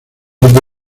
verde